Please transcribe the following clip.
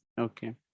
Okay